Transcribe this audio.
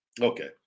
Okay